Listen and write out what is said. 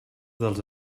dels